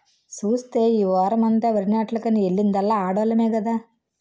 సూస్తే ఈ వోరమంతా వరినాట్లకని ఎల్లిందల్లా ఆడోల్లమే కదా